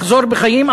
לחזור בחיים,